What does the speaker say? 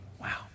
Wow